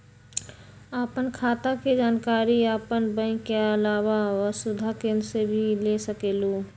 आपन खाता के जानकारी आपन बैंक के आलावा वसुधा केन्द्र से भी ले सकेलु?